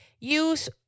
use